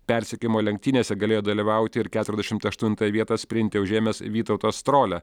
persekiojimo lenktynėse galėjo dalyvauti ir keturiasdešimt aštuntąją vietą sprinte užėmęs vytautas strolia